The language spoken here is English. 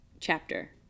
chapter